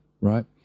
right